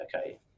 okay